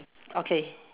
okay